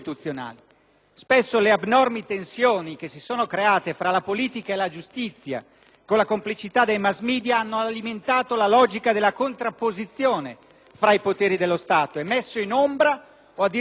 con la complicità dei *mass media*, hanno alimentato la logica della contrapposizione tra i poteri dello Stato e messo in ombra o addirittura cancellato il tema della funzionalità e dell'efficienza del servizio giustizia.